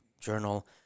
journal